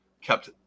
kept